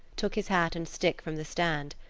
took his hat and stick from the stand,